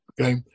Okay